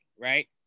right